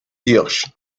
giersch